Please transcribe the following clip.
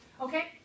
Okay